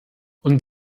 und